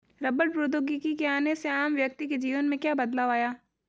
रबड़ प्रौद्योगिकी के आने से आम व्यक्ति के जीवन में क्या बदलाव आया?